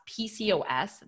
PCOS